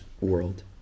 world